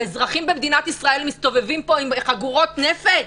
האזרחים במדינת ישראל מסתובבים פה עם חגורות נפץ?